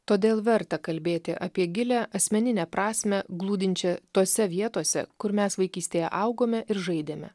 todėl verta kalbėti apie gilią asmeninę prasmę glūdinčią tose vietose kur mes vaikystėje augome ir žaidėme